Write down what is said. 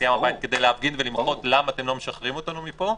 יציאה מהבית כדי להפגין ולמחות למה אתם לא משחררים אותנו מפה,